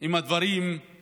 עם הדברים על